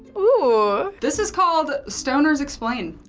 ooh. this is called stoners explain.